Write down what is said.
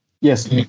Yes